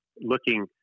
looking